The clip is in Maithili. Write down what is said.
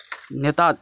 नेता